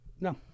No